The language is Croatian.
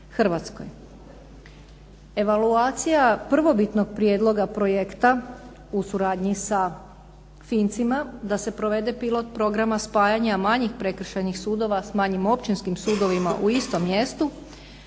Hrvatskoj. Evaluacija prvobitnog prijedloga projekta u suradnji sa Fincima da se provede pilot programa spajanja manjih prekršajnih sudova s manjim općinskim sudovima u istom mjestu